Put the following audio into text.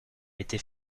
été